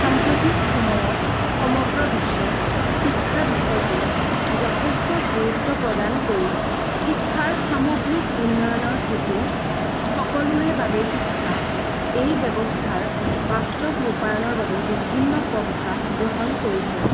সাম্প্ৰতিক সময়ত সমগ্ৰ বিশ্বত শিক্ষা বিষয়টোত যথেষ্ট গুৰুত্ব প্ৰদান কৰি শিক্ষাৰ সামগ্ৰিক উন্নয়নৰ হেতু সকলোৰে বাবেই শিক্ষা এই ব্যৱস্থাৰ বাস্তৱ ৰূপায়নৰ বাবে বিভিন্ন পন্থা গ্ৰহণ কৰিছে